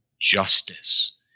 justice